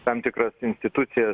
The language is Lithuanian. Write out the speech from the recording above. tam tikras institucijas